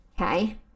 okay